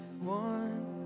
one